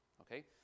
Okay